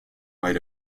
might